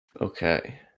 Okay